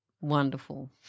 wonderful